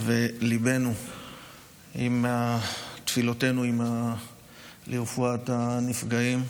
ותפילותינו לרפואת הנפגעים.